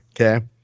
okay